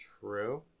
True